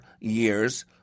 years